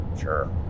Sure